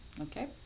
Okay